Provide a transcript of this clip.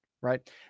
right